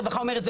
רווחה אומרת,